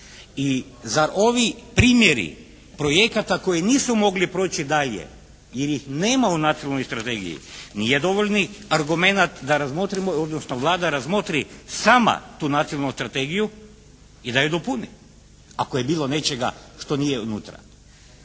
I za ovi, primjeri projekata koji nisu mogli proći dalje jer ih nema u Nacionalnoj strategiji nije dovoljni argumenat da razmotrimo odnosno Vlada razmotri sama tu Nacionalnu strategiju i da ju dopuni ako je bilo nečega što nije unutra.